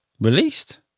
released